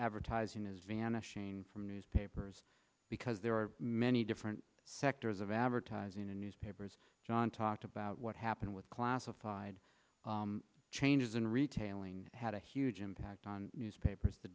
advertising is vanishing from newspapers because there are many different sectors of advertising in newspapers john talked about what happened with classified changes in retailing had a huge impact on newspapers the